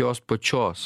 jos pačios